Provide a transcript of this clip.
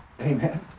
Amen